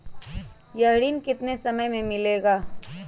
यह ऋण कितने समय मे मिलेगा?